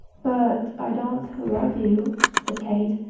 but i don't love you, said kate.